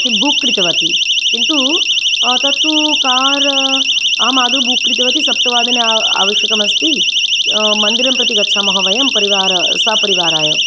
किं बुक् कृतवती किन्तु तत्तु कार् अहं आदौ बुक् कृतवती सप्तवादने आवश्यकम् अस्ति मन्दिरं प्रति गच्छामः वयं परिवार सपरिवाराय